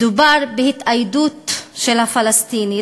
מדובר בהתאיידות של הפלסטיני.